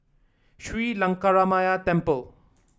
Sri Lankaramaya Temple